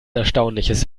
erstaunliches